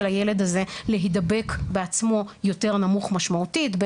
הילד הזה להידבק בעצמו יותר נמוך משמעותית,